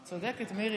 צודקת, מירי.